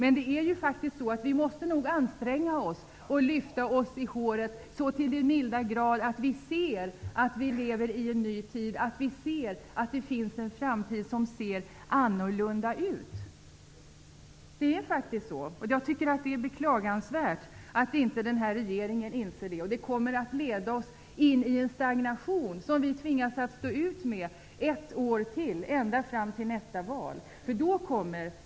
Vi måste faktiskt anstränga oss för att lyfta oss i håret så att vi ser att vi lever i en ny tid och att det finns en framtid som ser annorlunda ut. Det är beklagansvärt att regeringen inte inser det. Det kommer att leda oss in i en stagnation som vi tvingas att stå ut med ett år till, ända fram till nästa val, om drygt ett år.